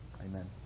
amen